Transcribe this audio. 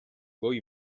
goi